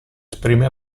esprime